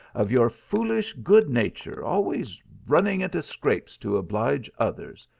of your foolish good nature, always running into scrapes to oblige others.